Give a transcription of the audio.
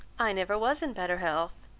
i never was in better health.